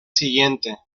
siguiente